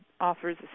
offers